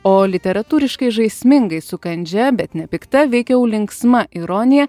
o literatūriškai žaismingai su kandžia bet nepikta veikiau linksma ironija